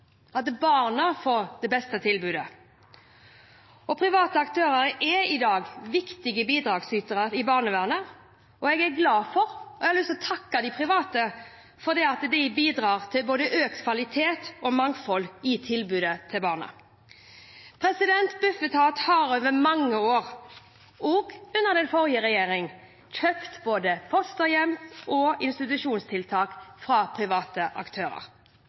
at barna får det beste tilbudet. Private aktører er i dag viktige bidragsytere i barnevernet, og jeg har lyst til å takke de private for at de bidrar til både økt kvalitet og mangfold i tilbudet til barna. Bufetat har gjennom mange år, også under den forrige regjeringen, kjøpt både fosterhjems- og institusjonstiltak fra private aktører.